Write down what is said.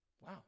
Wow